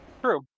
True